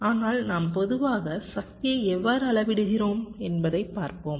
ஆனால் நாம் பொதுவாக சக்தியை எவ்வாறு அளவிடுகிறோம் என்பதைப் பார்ப்போம்